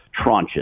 tranches